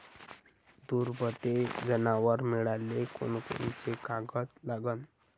दुभते जनावरं मिळाले कोनकोनचे कागद लागन?